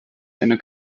eine